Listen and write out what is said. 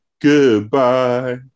Goodbye